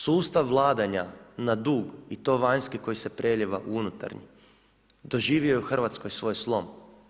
Sustav vladanja na dug i to vanjski koji se prelijeva u unutarnji, doživio je u Hrvatskoj svoj slom.